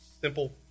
simple